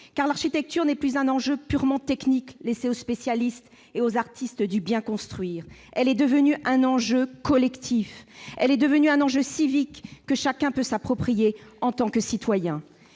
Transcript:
l'architecture n'est plus un enjeu purement technique laissé aux spécialistes et aux artistes du bien construire. Elle est devenue un enjeu collectif, un enjeu civique, que chacun peut s'approprier en tant que citoyen.